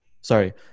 sorry